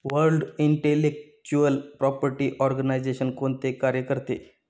World intellectual property organisation कोणते कार्य करते?